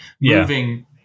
moving